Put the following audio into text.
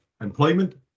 employment